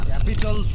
Capital